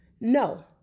No